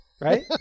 Right